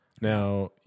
Now